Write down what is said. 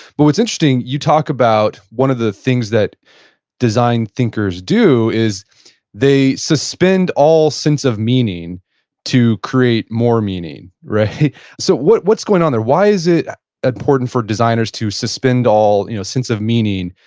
but what's interesting, you talk about one of the things that designer thinkers do is they suspend all sense of meaning to create more meaning. so what's going on there? why is it important for designers to suspend all you know sense of meaning,